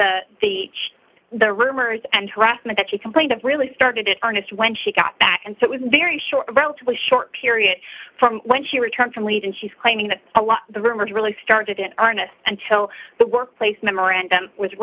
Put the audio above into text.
the each the rumors and harassment that she complained of really started in earnest when she got back and so was very short a relatively short period from when she returned from lead and she's claiming that a lot of the rumors really started in earnest until the workplace memorandum was